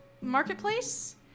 Marketplace